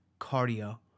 cardio